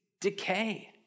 decay